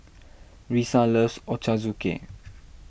Risa loves Ochazuke